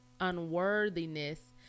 unworthiness